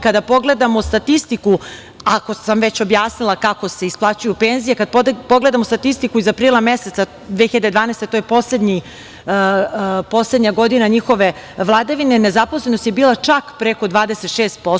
Kada pogledamo statistiku, ako sam već objasnila kako se isplaćuju penzije, iz parila meseca 2012. godine, to je poslednja godina njihove vladavine, nezaposlenost je bila čak preko 26%